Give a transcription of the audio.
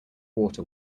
water